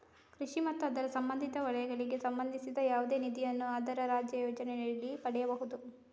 ಕೃಷಿ ಮತ್ತು ಅದರ ಸಂಬಂಧಿತ ವಲಯಗಳಿಗೆ ಸಂಬಂಧಿಸಿದ ಯಾವುದೇ ನಿಧಿಯನ್ನು ಅದರ ರಾಜ್ಯ ಯೋಜನೆಯಡಿಯಲ್ಲಿ ಪಡೆದಿರಬಹುದು